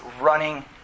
running